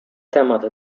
temat